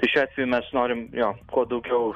tai šiuo atveju mes norim jo kuo daugiau